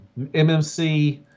MMC